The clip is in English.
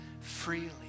freely